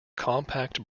compact